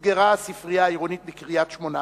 נסגרה הספרייה העירונית בקריית-שמונה